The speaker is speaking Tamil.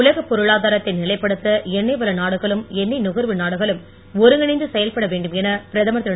உலகப் பொருளாதாரத்தை நிலைப்படுத்த எண்ணெய் வள நாடுகளும் எண்ணெய் நுகர்வு நாடுகளும் ஒருங்கிணைந்து செயல்பட வேண்டும் என பிரதமர் திரு